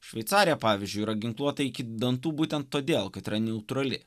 šveicarija pavyzdžiui yra ginkluota iki dantų būtent todėl kad yra neutrali